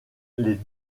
les